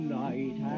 night